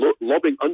lobbying